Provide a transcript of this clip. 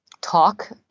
talk